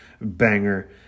banger